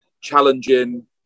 challenging